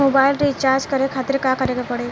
Mobile recharge करे खातिर का करे के पड़ी?